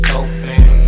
open